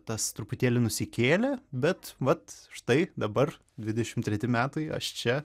tas truputėlį nusikėlė bet vat štai dabar dvidešim treti metai aš čia